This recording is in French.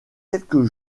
quelques